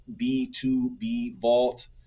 B2Bvault